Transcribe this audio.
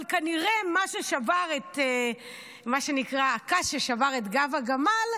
אבל כנראה מה ששבר, מה שנקרא הקש ששבר את גב הגמל,